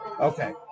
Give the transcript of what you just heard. Okay